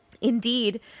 Indeed